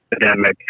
pandemic